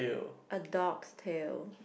a dog's tale